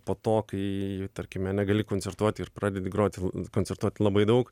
po to kai tarkime negali koncertuoti ir pradedi groti koncertuot labai daug